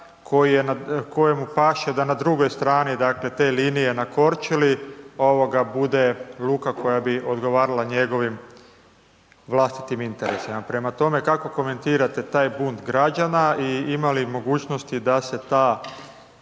kojemu paše da na drugoj strani, dakle, te linije, na Korčuli bude luka koja bi odgovarala njegovim vlastitim interesima. Prema tome, kako komentirate taj bunt građana i imali mogućnosti da se ta